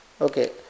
Okay